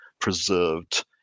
preserved